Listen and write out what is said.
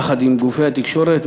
יחד עם גופי התקשורת,